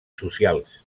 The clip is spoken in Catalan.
socials